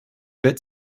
bit